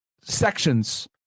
sections